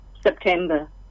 September